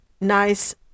nice